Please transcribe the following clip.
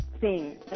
sing